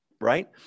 right